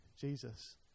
Jesus